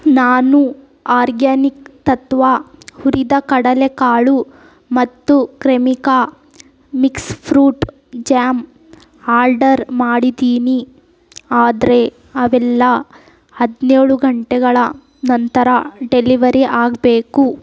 ನಾನು ಆರ್ಗ್ಯಾನಿಕ್ ತತ್ವ ಹುರಿದ ಕಡಲೆ ಕಾಳು ಮತ್ತು Cremica mix fruit jam holder ಮಾಡಿದ್ದೀನಿ ಆದರೆ ಅವೆಲ್ಲ ಹದಿನೇಳು ಗಂಟೆಗಳ ನಂತರ ಡೆಲಿವರಿ ಆಗಬೇಕು